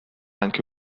anche